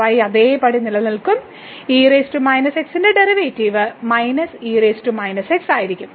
y അതേപടി നിലനിൽക്കുകയും ന്റെ ഡെറിവേറ്റീവ് ആയിരിക്കും